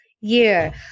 year